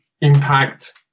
impact